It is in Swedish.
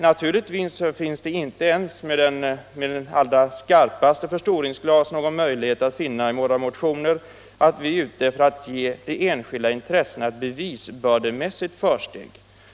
Naturligtvis finns det inte, ens med de allra starkaste förstoringsglas, möjlighet att i våra motioner finna att vi är ute efter att ”ge de' enskilda intressena ett bevisbördemässigt försteg”.